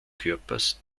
körpers